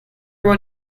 what